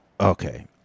Okay